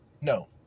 No